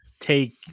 take